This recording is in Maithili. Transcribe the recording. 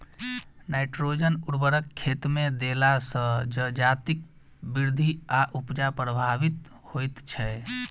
नाइट्रोजन उर्वरक खेतमे देला सॅ जजातिक वृद्धि आ उपजा प्रभावित होइत छै